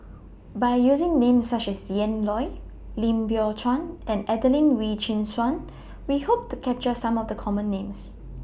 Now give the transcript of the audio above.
By using Names such as Ian Loy Lim Biow Chuan and Adelene Wee Chin Suan We Hope to capture Some of The Common Names